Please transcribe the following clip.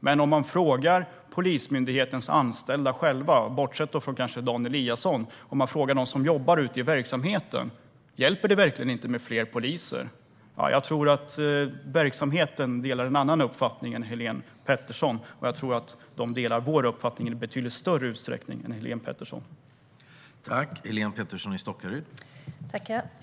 Men om man frågar Polismyndighetens anställda - kanske bortsett från Dan Eliasson - som jobbar ute i verksamheten om det hjälper med fler poliser tror jag att de har en annan uppfattning än Helene Petersson. Jag tror att poliser i verksamheten delar vår uppfattning i betydligt större utsträckning än vad Helene Petersson gör.